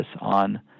on